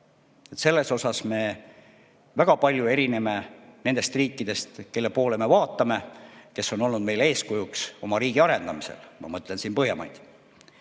me erineme väga palju nendest riikidest, kelle poole me vaatame ja kes on olnud meile eeskujuks oma riigi arendamisel, ma mõtlen siin Põhjamaid.